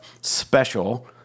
special